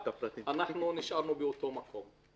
נשארנו באותו מקום.